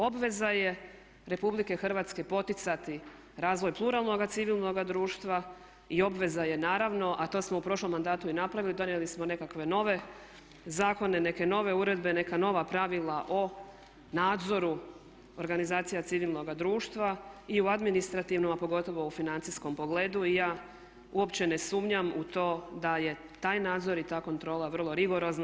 Obveza je Republike Hrvatske poticati razvoj pluralnoga civilnoga društva i obveza je naravno a to smo u prošlom mandatu i napravili, donijeli smo nekakve nove zakone, neke nove uredbe, neka nova pravila o nadzoru organizacija civilnoga društva i u administrativnom a pogotovo u financijskom pogledu i ja uopće ne sumnjam u to da je taj nadzor i ta kontrola vrlo rigorozna.